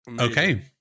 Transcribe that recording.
Okay